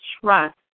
trust